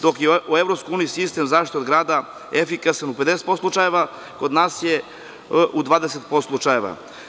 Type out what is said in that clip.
Dok je u Evropskoj uniji sistem zaštite od grada efikasan u 50% slučajeva, kod nas je u 20% slučajeva.